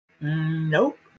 Nope